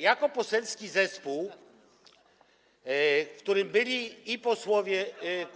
Jako poselski zespół, w którym byli posłowie